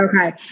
Okay